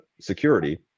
security